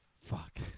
Fuck